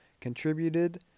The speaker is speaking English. contributed